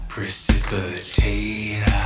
Precipitate